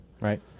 Right